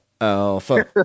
alpha